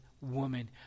woman